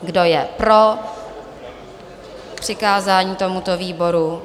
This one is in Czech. Kdo je pro přikázání tomuto výboru?